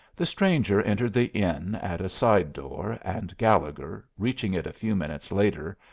the stranger entered the inn at a side door, and gallegher, reaching it a few minutes later,